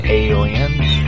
aliens